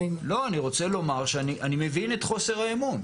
אני רוצה לומר שאני מבין את חוסר האמון.